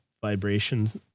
vibrations